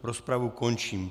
Rozpravu končím.